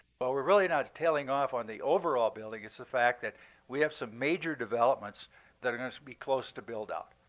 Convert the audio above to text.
but we're really not tailing off on the overall building. it's the fact that we have some major developments that are going to be close to build out,